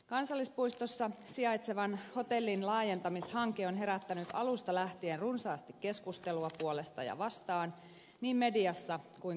kansallispuistossa sijaitsevan hotellin laajentamishanke on herättänyt alusta lähtien runsaasti keskustelua puolesta ja vastaan niin mediassa kuin kansalaistenkin keskuudessa